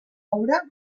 obra